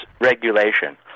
regulation